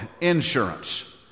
insurance